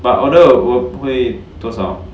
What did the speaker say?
but order 会不会多少